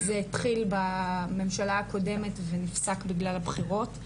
זה התחיל בממשלה הקודמת ונפסק בגלל הבחירות,